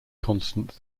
constant